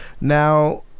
Now